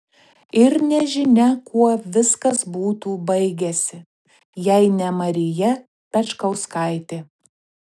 ir nežinia kuo viskas būtų baigęsi jei ne marija pečkauskaitė